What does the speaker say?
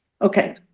okay